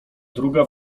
druga